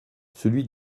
celui